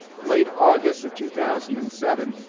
late august of two thousand and seven.